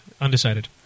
Undecided